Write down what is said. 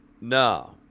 No